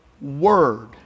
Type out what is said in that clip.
word